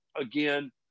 again